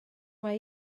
mae